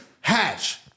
hatch